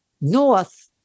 north